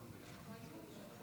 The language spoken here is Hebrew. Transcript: בבקשה,